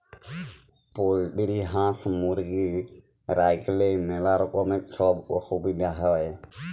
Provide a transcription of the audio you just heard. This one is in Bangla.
পলটিরি হাঁস, মুরগি রাইখলেই ম্যালা রকমের ছব অসুবিধা হ্যয়